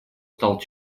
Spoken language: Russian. стал